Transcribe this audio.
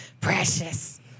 Precious